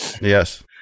Yes